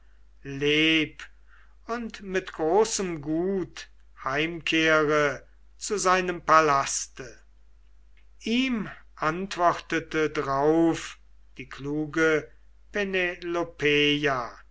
leb und mit großem gut heimkehre zu seinem palaste ihm antwortete drauf die kluge penelopeia